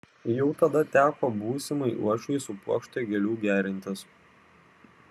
jau tada teko būsimai uošvei su puokšte gėlių gerintis